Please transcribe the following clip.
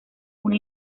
una